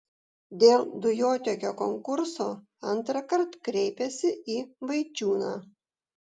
dėl dujotiekio konkurso antrąkart kreipėsi į vaičiūną